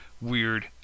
Weird